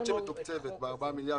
רק בתוכנית שמתוקצבת ב-4 מיליארד.